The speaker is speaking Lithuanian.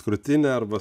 krūtinę arba